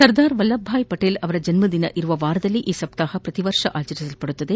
ಸರ್ದಾರ್ ವಲ್ಲಭಾಯ್ ಪಟೇಲ್ ಅವರ ಜನ್ಮದಿನವಿರುವ ವಾರದಲ್ಲಿ ಈ ಸಪ್ತಾಹವನ್ನ ಪ್ರತಿವರ್ಷ ಆಚರಿಸಲಾಗುತ್ತದೆ